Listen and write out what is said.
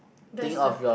that's a